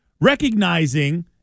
recognizing